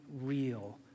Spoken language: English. real